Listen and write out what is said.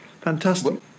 fantastic